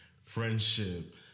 friendship